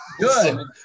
Good